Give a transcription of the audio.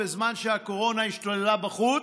בזמן שהקורונה השתוללה בחוץ,